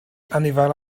anifail